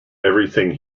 everything